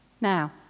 Now